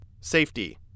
Safety